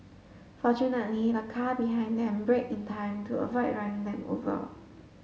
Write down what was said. fortunately the car behind them braked in time to avoid running them over